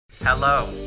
Hello